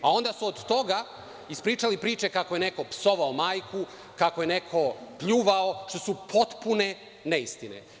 Onda su od toga ispričali priče kako je neko psovao majku, kako je neko pljuvao, što su potpune neistine.